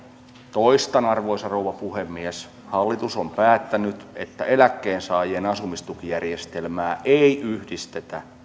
toistan arvoisa rouva puhemies hallitus on päättänyt että eläkkeensaajien asumistukijärjestelmää ei yhdistetä